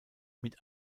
mit